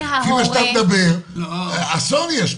כי לפי מה שאתה מדבר, אסון יש פה.